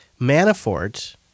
Manafort